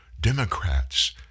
Democrats